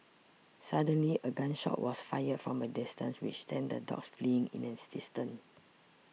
suddenly a gun shot was fired from a distance which sent the dogs fleeing in an instant